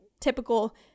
typical